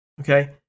okay